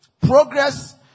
Progress